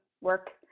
work